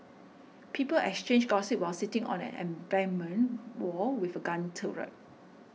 people exchanged gossip while sitting on an embankment wall with a gun turret